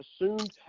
assumed